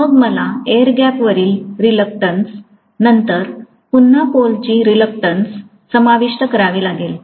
मग मला एअर गॅपवरील रिलक्टंस नंतर पुन्हा पोलची रिलक्टंस समाविष्ट करावी लागेल